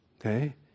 Okay